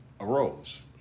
arose